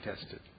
tested